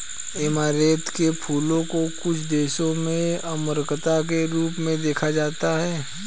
amaranth के फूलों को कुछ देशों में अमरता के रूप में देखा जाता है